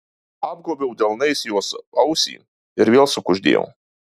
apgobiau delnais jos ausį ir vėl sukuždėjau